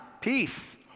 Peace